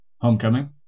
Homecoming